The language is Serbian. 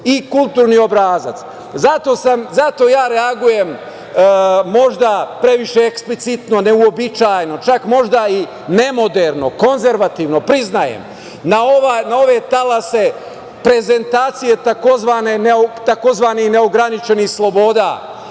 i kulturni obrazac. Zato ja reagujem možda previše eksplicitno, neuobičajeno, čak možda i nemoderno, konzervativno, priznajem, na ove talase prezentacije tzv. neograničenih sloboda